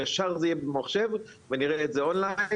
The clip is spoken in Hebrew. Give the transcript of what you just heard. ישר זה ייהיה במחשב ונראה את זה און ליין,